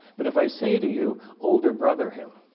but if i say to you, older brother him,